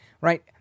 right